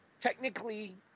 technically